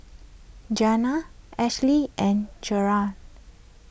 Janay Ashlea and Jerrad